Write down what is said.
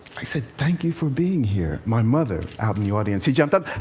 i said, thank you for being here. my mother, out in the audience, she jumped up,